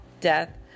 death